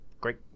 great